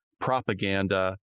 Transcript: propaganda